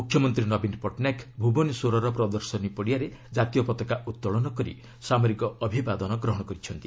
ମୁଖ୍ୟମନ୍ତ୍ରୀ ନବୀନ ପଟ୍ଟନାୟକ ଭୁବନେଶ୍ୱରର ପ୍ରଦର୍ଶନୀ ପଡ଼ିଆରେ ଜାତୀୟ ପତାକା ଉତ୍ତୋଳନ କରି ସାମରିକ ଅଭିବାଦନ ଗ୍ରହଣ କରିଛନ୍ତି